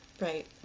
right